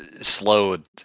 slowed